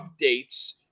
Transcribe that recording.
updates